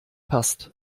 passt